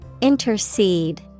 Intercede